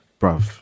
Bruv